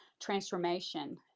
transformation